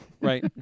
Right